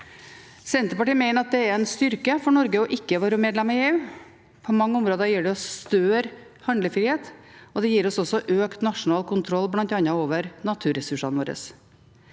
Senterpartiet mener at det er en styrke for Norge ikke å være medlem i EU. På mange områder gir det oss større handlefrihet, og det gir oss også økt nasjonal kontroll, bl.a. over naturressursene våre.